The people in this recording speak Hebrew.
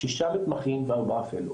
שישה מתמחים וארבעה אפילו,